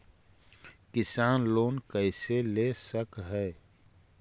किसान लोन कैसे ले सक है?